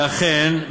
ואכן,